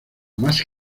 más